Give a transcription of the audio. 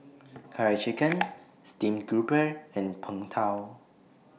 Curry Chicken Steamed Grouper and Png Tao